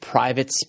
Private